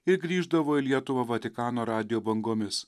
ir grįždavo į lietuvą vatikano radijo bangomis